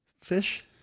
fish